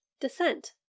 descent